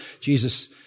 Jesus